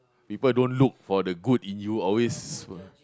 people don't look for the good in you always